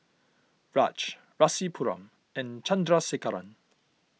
Raj Rasipuram and Chandrasekaran